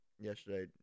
yesterday